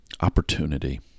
opportunity